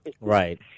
Right